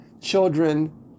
children